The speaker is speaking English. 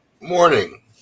morning